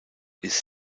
ist